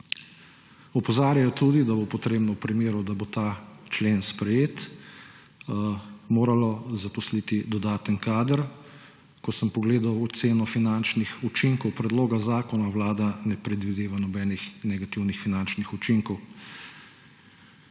Opozarjajo tudi, da bo potrebno v primeru, da bo ta člen sprejet, zaposliti dodaten kader. Ko sem pogledal oceno finančnih učinkov predloga zakona, vlada ne predvideva nobenih negativnih finančnih učinkov.